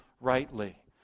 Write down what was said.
rightly